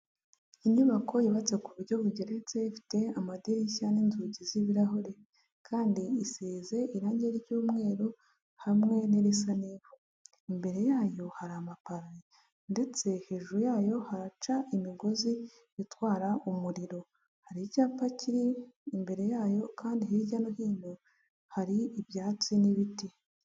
Inyubako yubatse ku buryo bugeretse, ifite amadirishya n'inzugi z'ibirahure, kandi isize irangi ry'umweru hamwe n'irisa n’ivu. Imbere yayo hari amapave, ndetse hejuru yayo haraca imigozi itwara umuriro. Har’icyapa kiri imbere yayo kandi hirya no hino hari ibyatsi n'ibiti.